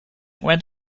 went